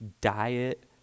diet